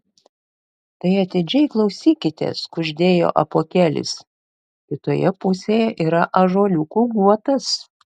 tai atidžiai klausykitės kuždėjo apuokėlis kitoje pusėje yra ąžuoliukų guotas